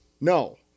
no